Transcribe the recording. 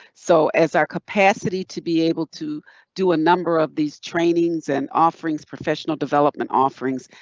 so as our capacity to be able to do a number of these trainings and offerings, professional development offerings,